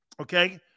okay